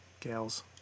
Gals